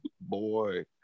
boy